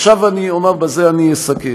עכשיו אני אומר, בזה אני אסכם,